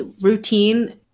routine